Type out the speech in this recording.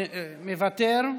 מוותר.